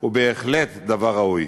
היא בהחלט דבר ראוי,